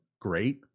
great